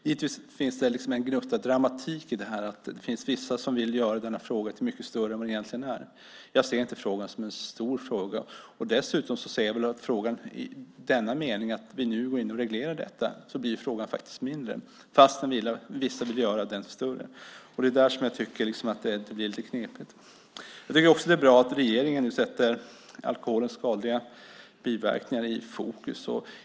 Givetvis finns det också en gnutta dramatik i detta genom att vissa vill göra frågan mycket större än den egentligen är. Jag ser inte detta som en stor fråga, och i och med att vi nu reglerar införseln blir frågan ännu mindre - detta trots att somliga vill göra den större. Därför blir det hela lite knepigt. Det är bra att regeringen nu sätter alkoholens skadliga biverkningar i fokus.